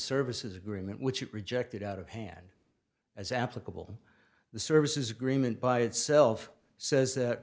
services agreement which you rejected out of hand as applicable the services agreement by itself says that